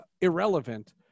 irrelevant